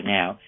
now